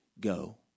go